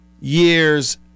years